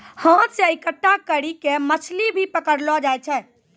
हाथ से इकट्ठा करी के मछली भी पकड़लो जाय छै